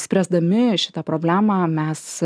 spręsdami šitą problemą mes